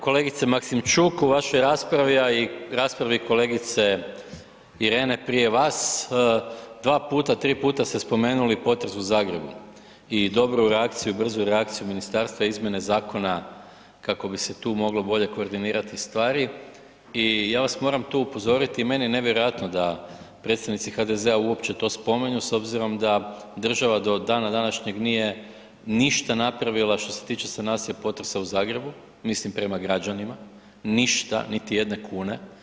Kolegice Maksimčuk, u vašoj raspravi, a i raspravi kolegice Irene prije vas, dva puta, tri puta ste spomenuli potres u Zagrebu i dobru reakciju i brzu reakciju ministarstva i izmjene zakona kako bi se tu moglo bolje koordinirati stvari i ja vas moram tu upozoriti, meni je nevjerojatno da predstavnici HDZ-a uopće to spominju s obzirom da država do dana današnjeg nije ništa napravila što se tiče sanacije potresa u Zagrebu, mislim prema građanima, ništa, niti jedne kune.